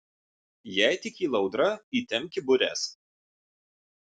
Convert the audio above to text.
jei tik kyla audra įtempki bures